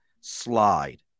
slide